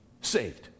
saved